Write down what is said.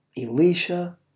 Elisha